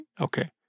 Okay